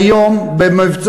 מה קורה היום?